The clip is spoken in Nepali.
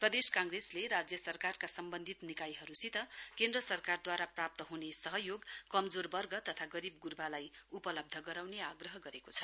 प्रदेश काँग्रेसले राज्य सरकारका सम्वन्धत निकायहरुसित केन्द्र सरकारद्वारा प्राप्त हुने सहयोग कमजोर वर्ग तथा गरीब गुर्वालाई उपलब्ध गराउने आग्रह गरेको छ